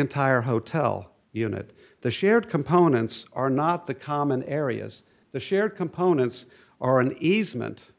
entire hotel unit the shared components are not the common areas the shared components are an easement